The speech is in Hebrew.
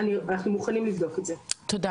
כן גדעון אתה יכול להמשיך.